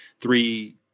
three